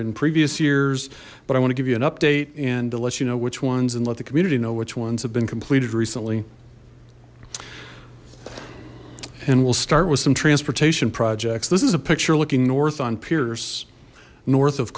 in previous years but i want to give you an update and unless you know which ones and let the community know which ones have been completed recently and we'll start with some transportation projects this is a picture looking north on pierce north of